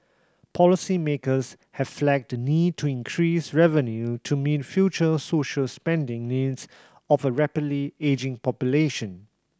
policymakers have flagged the need to increase revenue to meet future social spending needs of a rapidly ageing population